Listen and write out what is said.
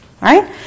Right